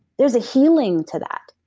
there's a healing to that.